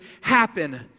happen